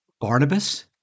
Barnabas